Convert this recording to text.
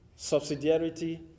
subsidiarity